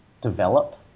develop